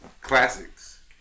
Classics